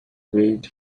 wait